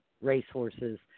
racehorses